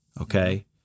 okay